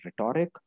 rhetoric